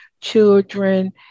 children